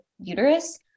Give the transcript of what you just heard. uterus